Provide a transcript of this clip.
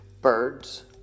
birds